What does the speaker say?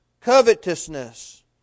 covetousness